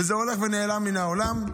וזה הולך ונעלם מן העולם.